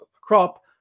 crop